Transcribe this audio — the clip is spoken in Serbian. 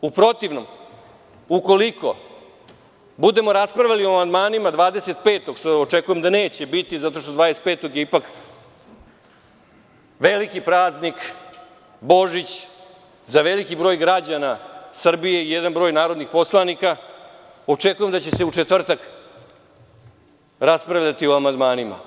U protivnom, ukoliko budemo raspravljali o amandmanima 25. decembra, što očekujem da neće biti jer je 25. veliki praznik Božić za veliki broj građana Srbije i jedan broj narodnih poslanika, očekujem da će se u četvrtak raspravljati o amandmanima.